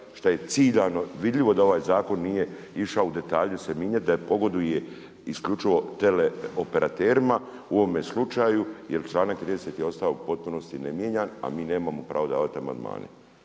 što je ciljano vidljivo da ovaj zakon nije išao detalje se mijenjati da pogoduje isključivo teleoperaterima u ovome slučaju jer članak 30. je ostao u potpunosti ne mijenjan, a mi nemamo pravo davati amandmane.